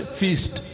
feast